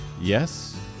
Yes